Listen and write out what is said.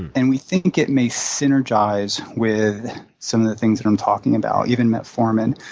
and we think it may synergize with some of the things that i'm talking about, even metformin.